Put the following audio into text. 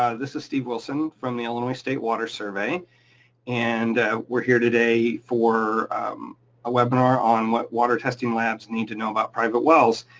ah this is steve wilson from the illinois state water survey and we're here today for a webinar on what water testing labs need to know about private wells.